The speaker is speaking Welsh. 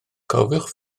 cofiwch